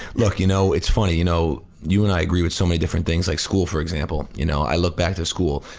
look, you know, it's funny. you know, you and i agree so many different things, like school, for example, you know, i look back to school,